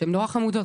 שהן נורא חמודות,